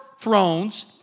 thrones